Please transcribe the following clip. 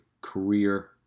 career